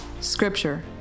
Scripture